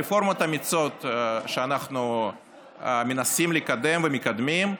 רפורמות אמיצות שאנחנו מנסים לקדם ומקדמים,